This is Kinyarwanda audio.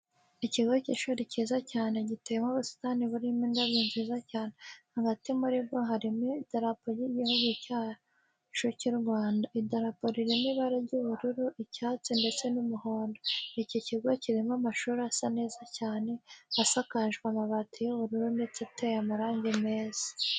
Ikigo cy'ishuri cyiza cyane giteyemo ubusitani burimo indabyo nziza cyane, hagati muri bwo harimo idarapo ry'igihugu cyacu cy'u Rwanda. Idarapo ririmo ibara ry'ubururu, icyatsi ndetse n'umuhondo. Iki kigo kirimo amashuri asa neza cyane, asakajwe amabati y'ubururu ndetse ateye amarangi meza.